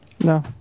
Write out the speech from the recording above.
No